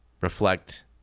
reflect